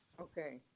Okay